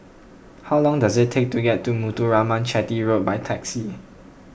how long does it take to get to Muthuraman Chetty Road by taxi